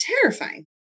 terrifying